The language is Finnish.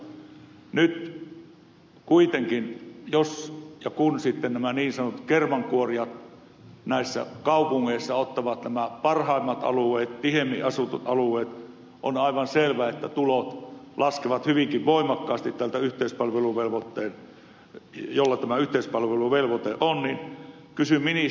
nyt kuitenkin jos ja kun sitten nämä niin sanotut kermankuorijat näissä kaupungeissa ottavat nämä parhaimmat alueet tiheimmin asutut alueet on aivan selvää että tulot laskevat hyvinkin voimakkaasti siltä taholta jolla tämä yhteispalveluvelvoite on